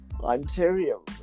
Ontario